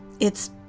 it's.